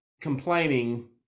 complaining